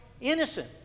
innocent